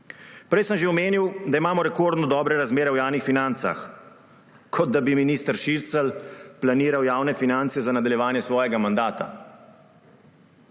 Prej sem že omenil, da imamo rekordno dobre razmere v javnih financah, kot da bi minister Šircelj planiral javne finance za nadaljevanje svojega mandata.